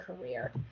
career